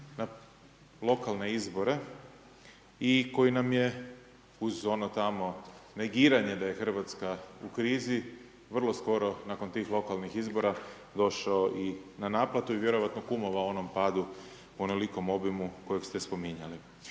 na lokalne izbore i koji nam je uz ono tamo negiranje da je Hrvatska u krizi, vrlo skoro nakon tih lokalnih izbora, došao i na naplatu i vjerovatno i kumovao onom padu, onolikom obimu kojeg ste spominjali.